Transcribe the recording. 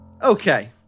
Okay